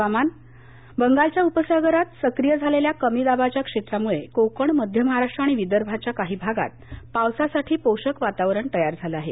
हवामान बंगालच्या उपसागरात सक्रिय झालेल्या कमी दाबाच्या क्षेत्रामुळे कोकण मध्य महाराष्ट्र आणि विदर्भाच्या काही भागांत पावसासाठी पोषक वातावणात तयार झालं आहे